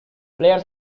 players